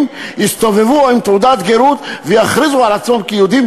יסתובבו עם תעודת גרות ויכריזו על עצמם כיהודים,